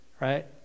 Right